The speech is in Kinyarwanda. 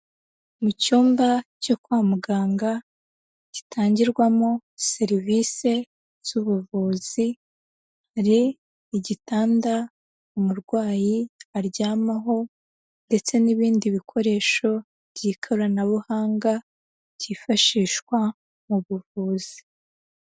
Mu cyumba cyo kwa muganga, gitangirwamo serivisi z'ubuvuzi, hari igitanda umurwayi aryamaho ndetse n'ibindi bikoresho by'ikoranabuhanga byifashishwa mu buvuzi.